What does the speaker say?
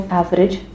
average